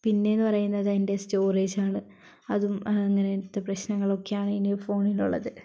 പിന്നേ എന്ന് പറയുന്നത് അതിൻ്റെ സ്റ്റോറേജാണ് അതും ഇങ്ങനത്തെ പ്രശ്നങ്ങളൊക്കെയാണ് ഇതിന് ഫോണിനുള്ളത്